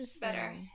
better